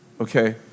Okay